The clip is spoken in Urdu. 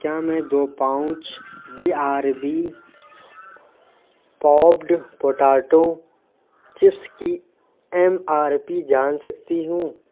کیا میں دو pouch B R B Poppd potato chips کی ایم آر پی جان سکتی ہوں